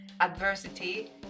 adversity